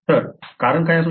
तर कारण काय असू शकते